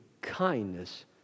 kindness